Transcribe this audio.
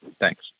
Thanks